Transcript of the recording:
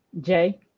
Jay